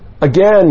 Again